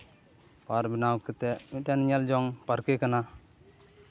park ᱵᱮᱱᱟᱣ ᱠᱟᱛᱮ ᱢᱤᱫ ᱴᱮᱱ ᱧᱮᱞ ᱡᱚᱝ ᱯᱟᱨᱠᱮ ᱠᱟᱱᱟ